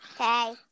Okay